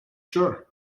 sure